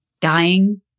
Dying